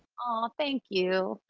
aww, thank you.